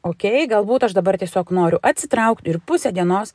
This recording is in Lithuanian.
okei galbūt aš dabar tiesiog noriu atsitraukt ir pusę dienos